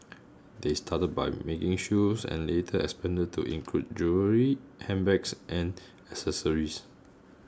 they started by making shoes and later expanded to include jewellery handbags and accessories